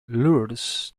lures